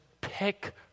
pick